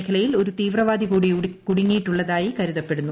മേഖലയിൽ ഒരു തീവ്രവാദി കൂടി കുടുങ്ങിയിട്ടുള്ളതായി കരുതപ്പെടുന്നു